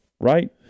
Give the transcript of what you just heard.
right